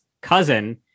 cousin